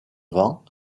vent